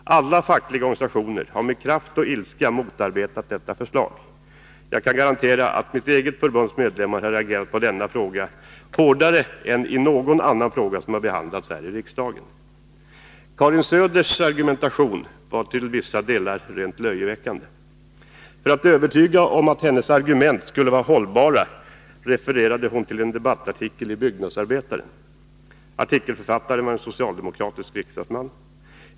Alla fackliga organisationer har med kraft och ilska motarbetat detta förslag. Jag kan garantera att mitt eget förbunds medlemmar har reagerat hårdare på denna fråga än på någon annan fråga som har behandlats här i riksdagen. Karin Söders argumentation var till vissa delar rent löjeväckande. För att övertyga om att hennes argument skulle vara hållbara refererade hon till en debattartikeli Byggnadsarbetaren. Artikelförfattaren var en socialdemokratisk riksdagsman.